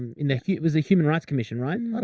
in, there was a human rights commission, right? and but